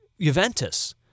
Juventus